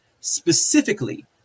Specifically